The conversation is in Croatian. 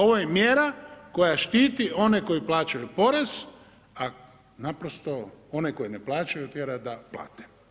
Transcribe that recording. Ovo je mjera koja štiti one koji plaćaju porez a naprosto one koji ne plaćaju, tjera da plate.